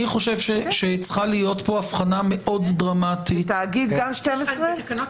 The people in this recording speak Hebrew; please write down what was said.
אני חושב שצריכה להיות פה אבחנה מאוד דרמטית -- בתקנות של